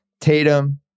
Tatum